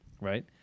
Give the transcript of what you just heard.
right